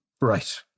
Right